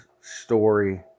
story